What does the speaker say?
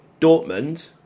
Dortmund